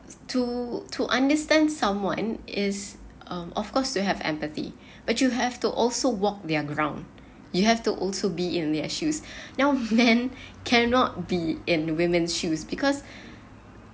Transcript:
to to understand someone is um of course you have empathy but you have to also walk their ground you have to also be in their issues now then cannot be in women's shoes because